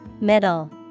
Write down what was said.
Middle